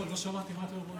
לא שמעתי מה אתם אומרים.